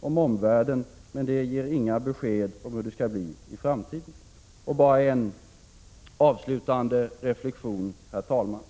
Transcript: om omvärlden men ger inga besked om hur det skall bli i framtiden. Herr talman! Så bara en avslutande reflexion.